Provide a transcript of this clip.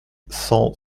cent